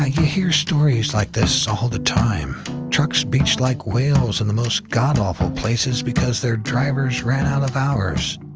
hear stories like this all the time trucks beached like whales in the most god-awful places because their drivers ran out of hours.